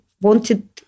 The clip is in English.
wanted